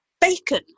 bacon